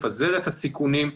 לפזר את הסיכונים,